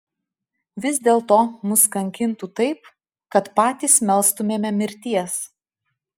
vis dėlto mus kankintų taip kad patys melstumėme mirties